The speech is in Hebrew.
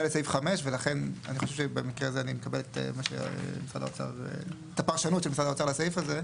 אני מקבל את הפרשנות של משרד האוצר לסעיף הזה.